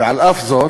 ועל אף זאת,